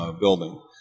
building